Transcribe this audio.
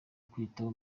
kwitaho